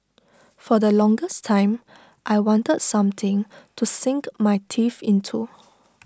for the longest time I wanted something to sink my teeth into